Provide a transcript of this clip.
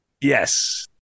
Yes